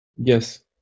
Yes